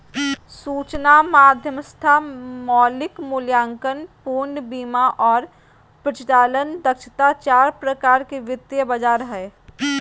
सूचना मध्यस्थता, मौलिक मूल्यांकन, पूर्ण बीमा आर परिचालन दक्षता चार प्रकार के वित्तीय बाजार हय